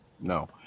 no